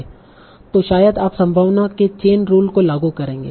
तो शायद आप संभावना के चेन रूल को लागू करेंगे